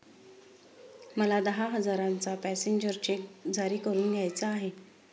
मला दहा हजारांचा पॅसेंजर चेक जारी करून घ्यायचा आहे